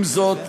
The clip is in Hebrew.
עם זאת,